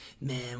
man